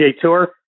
Tour